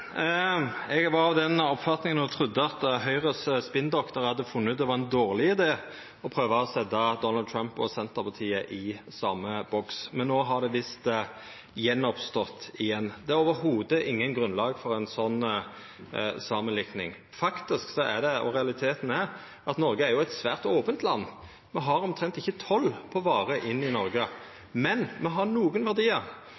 Eg var av den oppfatninga og trudde at Høgres spinndoktor hadde funne ut at det var ein dårleg idé å prøva å setja Donald Trump og Senterpartiet i same boks. Men no kjem det visst fram att på nytt. Det er ikkje i det heile noko grunnlag for ei slik samanlikning. Realiteten er at Noreg er eit svært ope land. Me har omtrent ikkje toll på varer inn